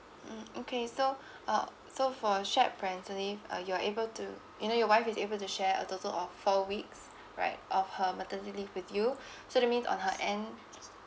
mm okay so uh so for shared parental leave uh you're able to you know your wife is able to share a total of four weeks right of her maternity leave with you so that means on her end